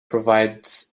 provides